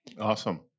Awesome